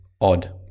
odd